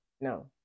no